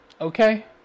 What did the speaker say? Okay